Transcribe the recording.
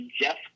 Jeff